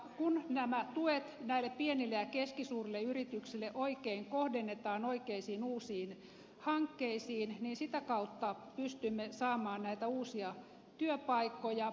kun nämä tuet näille pienille ja keskisuurille yrityksille oikein kohdennetaan oikeisiin uusiin hankkeisiin niin sitä kautta pystymme saamaan uusia työpaikkoja